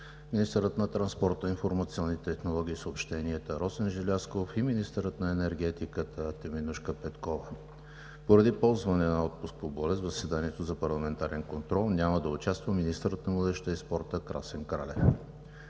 министърът на транспорта, информационните технологии и съобщенията Росен Желязков и министърът на енергетиката Теменужка Петкова. Поради ползване на отпуск по болест в заседанието за парламентарен контрол няма да участва министърът на младежта и спорта Красен Кралев.